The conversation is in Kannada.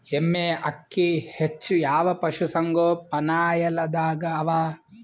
ಎಮ್ಮೆ ಅಕ್ಕಿ ಹೆಚ್ಚು ಯಾವ ಪಶುಸಂಗೋಪನಾಲಯದಾಗ ಅವಾ?